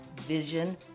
Vision